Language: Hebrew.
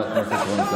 באמת, כמה סיסמאות.